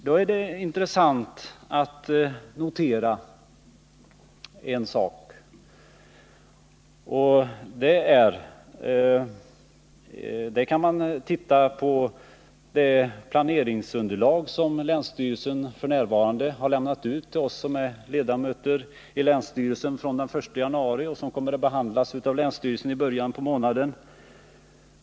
Då är det intressant att notera en sak, som framgår om man tittar i det planeringsunderlag länsstyrelsen har lämnat ut till oss som är ledamöter av länsstyrelsen från den 1 januari och som kommer att behandlas av länsstyrelsen i början av månaden.